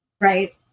Right